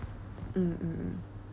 mm mm mm